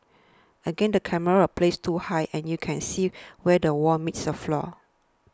again the camera was placed too high and you can see where wall meets the floor